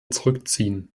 zurückziehen